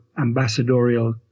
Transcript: ambassadorial